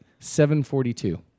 742